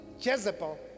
Jezebel